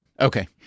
Okay